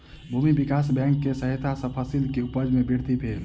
भूमि विकास बैंक के सहायता सॅ फसिल के उपज में वृद्धि भेल